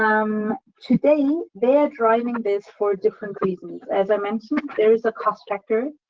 um today, they are driving this for different reasons. as i mentioned, there's a cost factor.